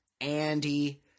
Andy